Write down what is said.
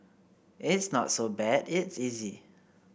it's not so bad it's easy